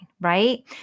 right